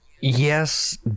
Yes